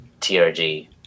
TRG